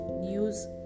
news